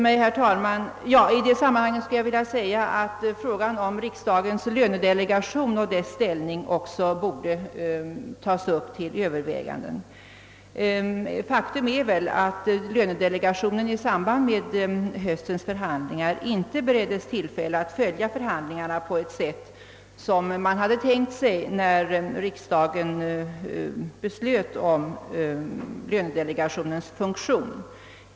I detta sammanhang vill jag också säga att även frågan om riksdagens lönedelegation och dess ställning borde tas upp till övervägande. Faktum är att lönedelegationen vid höstens förhandlingar inte bereddes tillfälle att följa förhandlingarna på det sätt man tänkt sig när riksdagen beslöt om lönedelegationens funktion.